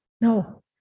no